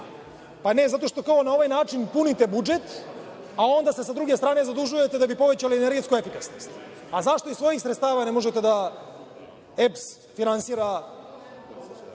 Ne, zato što na ovaj način punite budžet, a onda se sa druge strane zadužujete da bi povećali energetsku efikasnost. Zašto iz svojih sredstava ne možete da EPS finansira,